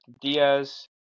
Diaz